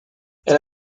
elle